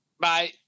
Bye